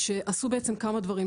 הם עשו כמה דברים.